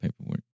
paperwork